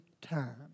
time